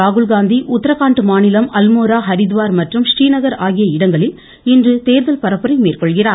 ராகுல்காந்தி உத்தரகாண்ட் மாநிலம் அல்மோரா ஹரித்துவார் மற்றும் மரீநகர் ஆகிய இடங்களில் இன்று தேர்தல் பரப்புரை மேற்கொள்கிறார்